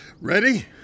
Ready